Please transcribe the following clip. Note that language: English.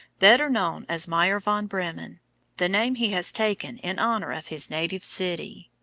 better known as meyer von bremen the name he has taken in honor of his native city.